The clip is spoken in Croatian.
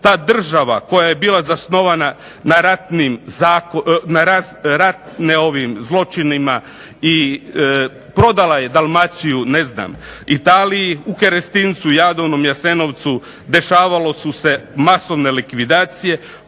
ta država koja je bila zasnovana na ratnim zločinima i prodala je Dalmaciju Italiji, u Kerestincu …/Govornik se ne razumije./… Jasenovcu dešavale su se masovne likvidacije.